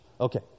Okay